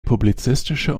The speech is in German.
publizistische